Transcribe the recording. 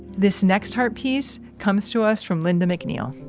this next harp piece comes to us from lynda mcneil